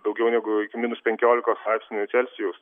daugiau negu iki minus penkiolikos laipsnių celsijaus